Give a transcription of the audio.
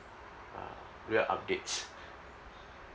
uh real updates